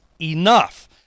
enough